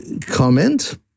comment